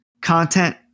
content